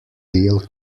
deal